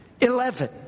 Eleven